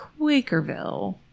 Quakerville